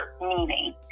meaning